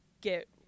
get